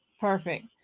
Perfect